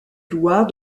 loir